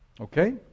Okay